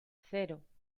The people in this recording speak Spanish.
cero